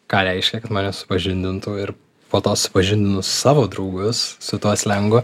ką reiškia kad mane supažindintų ir po to supažindinu savo draugus su tuo slengu